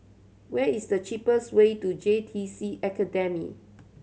where is the cheapest way to J T C Academy